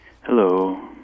Hello